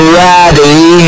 ready